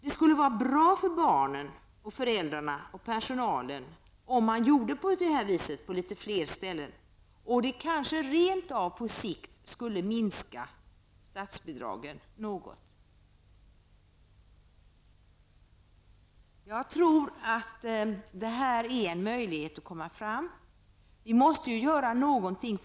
Det skulle vara bra för barnen, föräldrarna och personalen om man gjorde på detta sätt på fler ställen. Kanske rent av skulle det på sikt minska statsbidragent något. Jag tror att detta är en möjlighet att komma fram. Vi måste göra någonting.